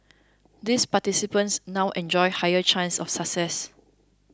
these participants now enjoy higher chances of success